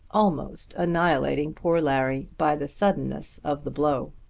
almost annihilating poor larry by the suddenness of the blow.